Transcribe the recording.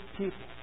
people